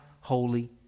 holy